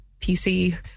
PC